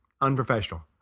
unprofessional